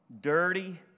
dirty